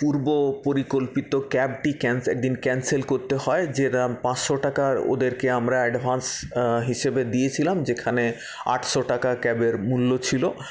পূর্ব পরিকল্পিত ক্যাবটি ক্যান সেদিন ক্যান্সেল করতে হয় যেরম পাঁচশো টাকার ওদেরকে আমরা অ্যাডভান্স হিসেবে দিয়েছিলাম যেখানে আটশো টাকা ক্যাবের মূল্য ছিলো